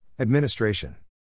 Administration